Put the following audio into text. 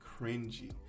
cringy